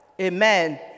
Amen